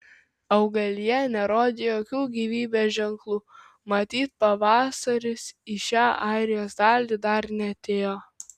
augalija nerodė jokių gyvybės ženklų matyt pavasaris į šią airijos dalį dar neatėjo